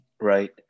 Right